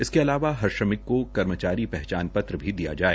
इसके अलावा हर श्रमिक को कर्मचारी पहचान पत्र भी दिया जाए